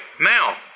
Now